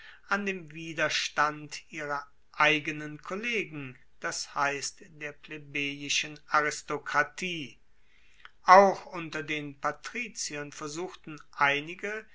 an dem widerstand ihrer eigenen kollegen das heisst der plebejischen aristokratie auch unter den patriziern versuchten einige